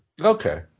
Okay